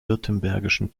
württembergischen